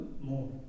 More